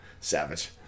savage